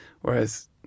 whereas